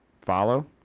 follow